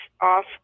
off